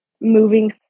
moving